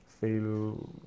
Feel